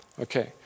Okay